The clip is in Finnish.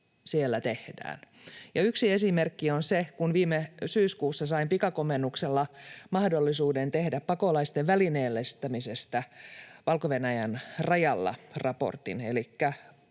Yksi esimerkki on se, kun viime syyskuussa sain pikakomennuksella mahdollisuuden tehdä raportin pakolaisten välineellistämisestä Valko-Venäjän rajalla.